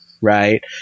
right